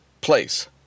place